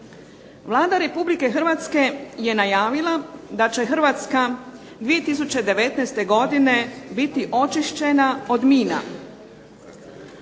Vlada Republike Hrvatske je najavila da će Hrvatska 2019. godine biti očišćena od mina.